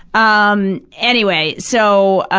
um anyway. so, ah,